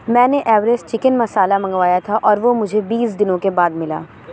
میں نے Everest chicken مصالحہ منگوایا تھا اور وہ مجھے بیس دنوں کے بعد ملا